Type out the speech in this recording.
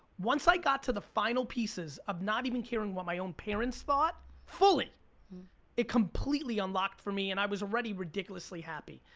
once i got to the final pieces of not even caring what my own parents thought fully it completely unlocked for me, and i was already ridiculously happy.